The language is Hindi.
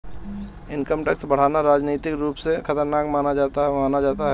इनकम टैक्स बढ़ाना राजनीतिक रूप से खतरनाक माना जाता है